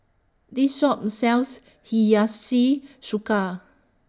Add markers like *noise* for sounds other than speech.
This Shop sells *unintelligible*